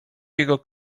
jego